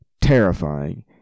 terrifying